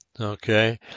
Okay